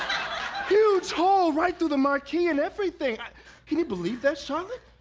huge hole right through the marquee and everything. can you believe that, charlotte?